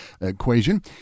equation